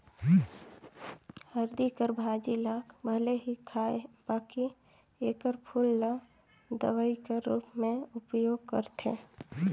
हरदी कर भाजी ल भले नी खांए बकि एकर फूल ल दवई कर रूप में उपयोग करथे